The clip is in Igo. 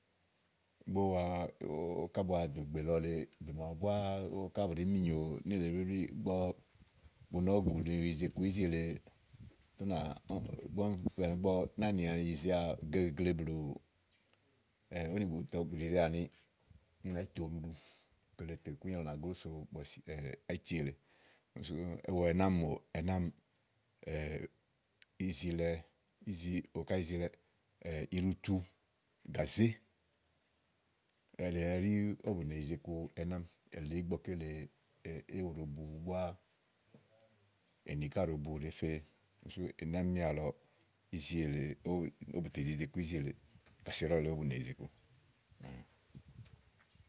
ígbɔ ówo wawa, ówo ká bu wa ɖò ìgbè lɔ lèe màawu káa ówo ká bu wa ɖèé mi nyòo nélèe blìblíì, ígbɔ bu nɔ ùgù ni u yize iku ízi èle, ú nà ígbɔ úni hià ígbɔ náàni yizea gegle blù ówò nì bùtɔ, bùɖìɖe àni ú nàá yi tòo ɖuɖu kele tè ikúnyà nà glósrɛ bɔ̀sì áyiti èle. úni sú ówo ɛnɛ́ àámi mò ìzilɛ ò kàyi ízilɛ iɖutu gàzé èle ɛɖí ówò bù ne yize iku ɛnɛ́ àámi èli ígbɔké lée éwu ɖòo bu ɛnɛ̀ àámi, èni ká ɖòo bu ɖèéfe úni sù ɛnɛ́ àámi àlɔ ówò bù tè zi yize iku ízi èleè kàsè ɖɔ̀lù èle ówò bù ne yize iku.